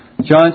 John